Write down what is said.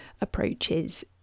approaches